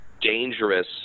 dangerous